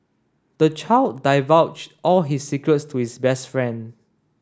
the child divulged all his secrets to his best friend